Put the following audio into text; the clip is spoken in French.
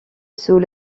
sous